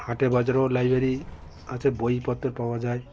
হাটে বাজারেও লাইব্রেরি আছে বইপত্র পাওয়া যায়